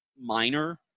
minor